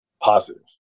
positive